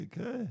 Okay